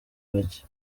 bacye